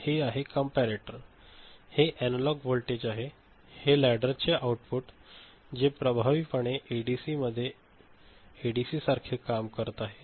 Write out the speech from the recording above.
तर हे आहे कंपॅरेटर हे एनालॉग व्होल्टेज आहे हे लॅडर चे आउटपुट जे प्रभावीपणे एडीसी मधे एडीसीसारखे काम करत आहे